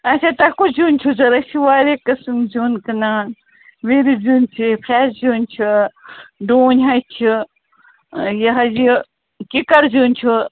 اَچھا تۄہہِ کُس زیُن چھُ ضوٚرَتھ أسۍ چھِ وارِیاہ قٕسٕم زیُن کٕنان وِرِ زیُن چھِ فرٛٮ۪س زیُن چھُ ڈوٗنۍ ہچہِ چھِ یہِ حظ یہِ کِکَر زیُن چھُ